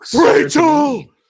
Rachel